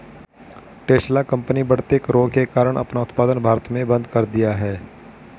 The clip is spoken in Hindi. टेस्ला कंपनी बढ़ते करों के कारण अपना उत्पादन भारत में बंद कर दिया हैं